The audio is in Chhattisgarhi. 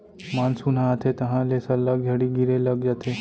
मानसून ह आथे तहॉं ले सल्लग झड़ी गिरे लग जाथे